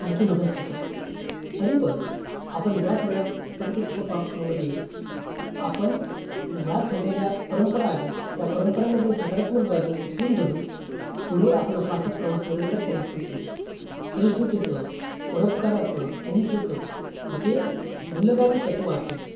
आणखी मदत होत असते तरी पण आपण या सगळ्या परिप्रेक्ष्या पा मध्ये आपण या सगळ्या ज्या परंपरा आहेत त्या परंपरामधले सकारात्मक बाजू उचलुन धरून पुढे आपण आपला असाच प्रवास निरंतर केला पाहिजे सहिष्णुतेचं परोपकाराचं अहिंसेचं जे मुलगामी तत्त्व आहे